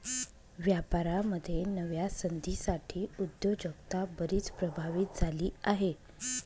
व्यापारामध्ये नव्या संधींसाठी उद्योजकता बरीच प्रभावित झाली आहे